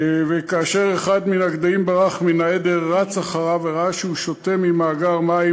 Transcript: וכאשר אחד מן הגדיים ברח מן העדר רץ אחריו וראה שהוא שותה ממאגר מים.